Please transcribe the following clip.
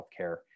healthcare